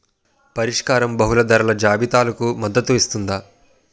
పరిష్కారం బహుళ ధరల జాబితాలకు మద్దతు ఇస్తుందా?